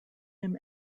him